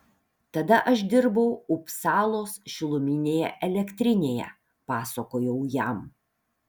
tada aš dirbau upsalos šiluminėje elektrinėje pasakojau jam